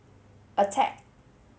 attack